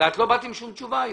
את לא באת עם תשובה היום.